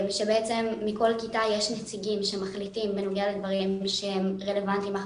שמכל כיתה יש נציגים שמחליטים בנוגע לדברים שהם רלוונטיים אך